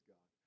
God